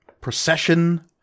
procession